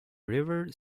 river